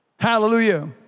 Hallelujah